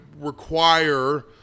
require